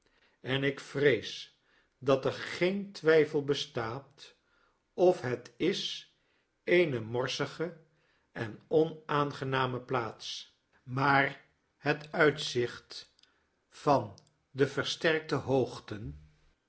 en ik vrees dat er geen twijfel bestaat of het is eene morsige en onaangename plaats maar het uitzicht van de versterkte hoogten